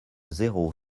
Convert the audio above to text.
zéro